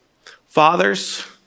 father's